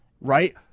right